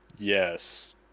Yes